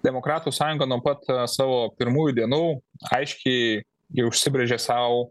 demokratų sąjunga nuo pat savo pirmųjų dienų aiškiai ji užsibrėžė sau